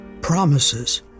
promises